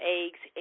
eggs